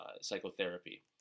psychotherapy